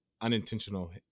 unintentional